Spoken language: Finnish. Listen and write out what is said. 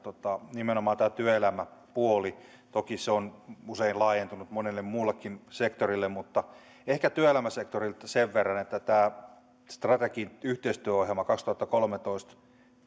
nimenomaan työelämäpuolella toki se on usein laajentunut monelle muullekin sektorille mutta ehkä työelämäsektorilta sen verran että tämä strategia yhteistyöohjelma kaksituhattakolmetoista viiva